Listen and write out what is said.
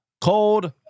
cold